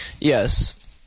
Yes